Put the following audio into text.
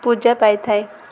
ପୂଜା ପାଇଥାଏ